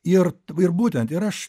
ir ir būtent ir aš